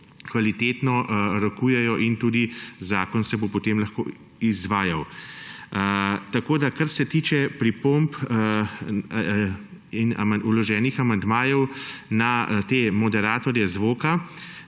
kvalitetno rokujejo in tudi zakon se bo potem lahko izvajal. Kar se tiče pripomb in vloženih amandmajev na te moderatorje zvoka,